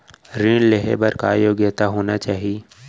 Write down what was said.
ऋण लेहे बर का योग्यता होना चाही?